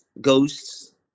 ghosts